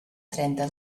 trenta